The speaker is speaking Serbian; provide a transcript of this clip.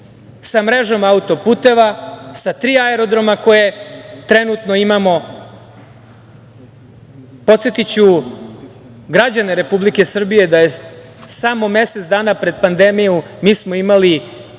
sa mrežom autoputeva, sa tri aerodroma koje trenutno imamo. Podsetiću građane Republike Srbije da smo samo mesec dana pred pandemiju imali